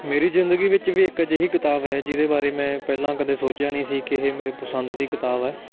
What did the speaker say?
ਮੇਰੀ ਜ਼ਿੰਦਗੀ ਵਿੱਚ ਵੀ ਇੱਕ ਅਜਿਹੀ ਕਿਤਾਬ ਹੈ ਜਿਹਦੇ ਬਾਰੇ ਮੈਂ ਪਹਿਲਾਂ ਕਦੇ ਸੋਚਿਆ ਨਹੀਂ ਸੀ ਕਿ ਇਹ ਮੇਰੇ ਪਸੰਦ ਦੀ ਕਿਤਾਬ ਹੈ